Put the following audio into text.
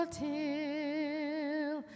till